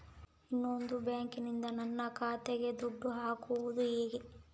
ಇನ್ನೊಂದು ಬ್ಯಾಂಕಿನಿಂದ ನನ್ನ ಖಾತೆಗೆ ದುಡ್ಡು ಹಾಕೋದು ಹೇಗೆ?